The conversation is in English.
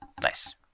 Nice